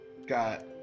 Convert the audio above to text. got